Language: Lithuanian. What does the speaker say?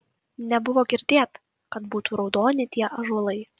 nebuvo girdėt kad būtų raudoni tie ąžuolai